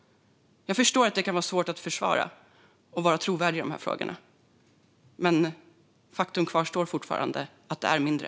Jag förstår att det kan vara svårt att försvara och att vara trovärdig i de här frågorna. Men faktum kvarstår: Platserna är färre.